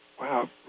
wow